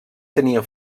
tenia